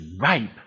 ripe